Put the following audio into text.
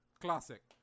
Classic